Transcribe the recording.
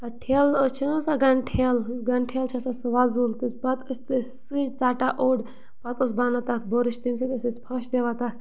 ٹھیلہٕ چھِنَہ آسان گَنٛڈٕ ٹھیلہٕ یُس گَنٛڈٕ ٹھیلہٕ چھِ آسان سُہ وۄزُل تہٕ پَتہٕ أسۍ تہِ ٲسۍ سُے ژَٹان اوٚڑ پَتہٕ اوس بَنان تَتھ بٕرٕش تَمہِ سۭتۍ ٲسۍ أسۍ پھَش دِوان تَتھ